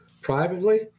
privately